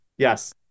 Yes